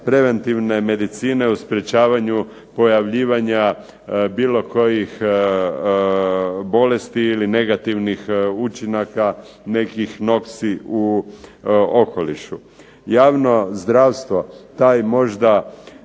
preventivne medicine u sprečavanju pojavljivanja bilo kojih bolesti ili negativnih učinaka nekih noksi u okolišu. Javno zdravstvo, taj možda